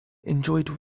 enjoyed